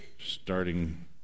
starting